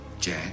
Jack